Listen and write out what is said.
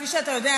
כפי שאתה יודע,